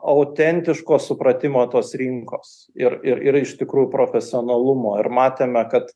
autentiško supratimo tos rinkos ir ir ir iš tikrų profesionalumo ir matėme kad